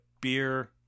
beer